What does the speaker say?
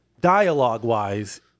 dialogue-wise